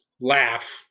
laugh